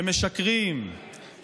שמשקרים,